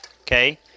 Okay